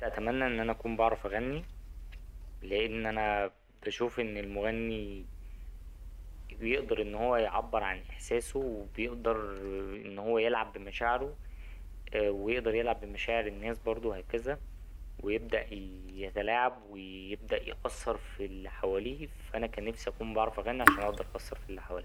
اتمني إن أنا أكون بعرف أغني لأن أنا بشوف إن المغني بيقدر إن هو يعبر عن إحساسه وبيقدر إن هو يلعب بمشاعره ويقدر يلعب بمشاعر الناس برضه وهكذا ويبدأ يتلاعب ويبدأ يأثر في اللي حواليه فا أنا كان نفسي أكون بعرف أغني عشان أقدر أأثر في اللي حواليا.